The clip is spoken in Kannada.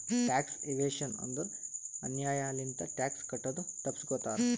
ಟ್ಯಾಕ್ಸ್ ಇವೇಶನ್ ಅಂದುರ್ ಅನ್ಯಾಯ್ ಲಿಂತ ಟ್ಯಾಕ್ಸ್ ಕಟ್ಟದು ತಪ್ಪಸ್ಗೋತಾರ್